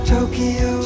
Tokyo